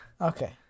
Okay